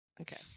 Okay